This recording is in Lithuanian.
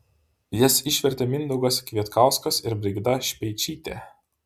jas išvertė mindaugas kvietkauskas ir brigita speičytė